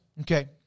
Okay